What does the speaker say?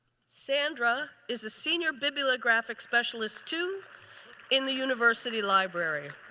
sandra is a senior bibliographic specialist too in the university library.